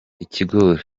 ikigori